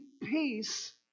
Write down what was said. peace